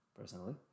personally